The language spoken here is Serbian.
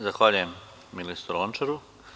Zahvaljujem ministru Lončaru.